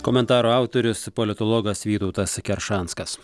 komentaro autorius politologas vytautas keršanskas